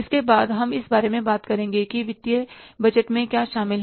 इसके बाद हम इस बारे में बात करेंगे कि वित्तीय बजट में क्या शामिल है